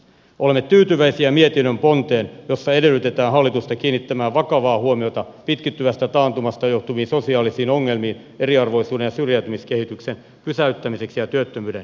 olemme tyytyväisiä mietinnön ponteen jossa edellytetään hallitusta kiinnittämään vakavaa huomiota pitkittyvästä taantumasta johtuviin sosiaalisiin ongelmiin eriarvoisuuden ja syrjäytymiskehityksen pysäyttämiseksi ja työttömyyden torjumiseksi